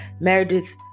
Meredith